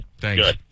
Thanks